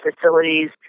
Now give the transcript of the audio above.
facilities